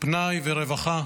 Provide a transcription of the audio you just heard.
פנאי ורווחה